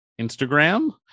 Instagram